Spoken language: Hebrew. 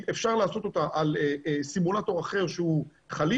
אפשר לעשות אותה על סימולטור אחר שהוא חליף,